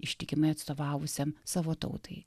ištikimai atstovavusiam savo tautai